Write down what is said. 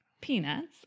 peanuts